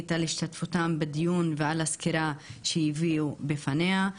על השתתפותם בדיון ועל הסקירה שהביאו בפניה.